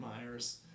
Myers